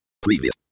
Previous